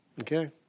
Okay